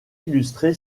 illustrée